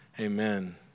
Amen